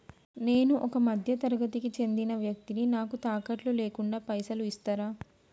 నేను ఒక మధ్య తరగతి కి చెందిన వ్యక్తిని నాకు తాకట్టు లేకుండా పైసలు ఇస్తరా?